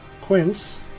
Quince